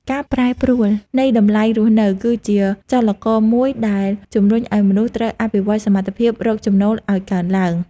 ការប្រែប្រួលនៃតម្លៃរស់នៅ គឺជាចលករមួយដែលជំរុញឱ្យមនុស្សត្រូវអភិវឌ្ឍសមត្ថភាពរកចំណូលឱ្យកើនឡើង។